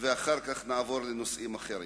ואחר כך נעבור לנושאים אחרים.